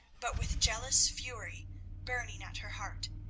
but with jealous fury burning at her heart.